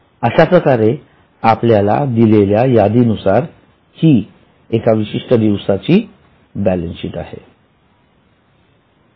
अश्याप्रकारे आपल्याला दिलेल्या यादीनुसार हि एका विशिष्ठ दिवसाची बॅलन्सशीट आहे